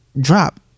drop